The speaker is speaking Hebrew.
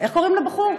איך קוראים לבחור?